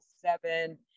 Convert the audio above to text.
seven